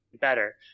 better